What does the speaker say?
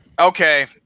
Okay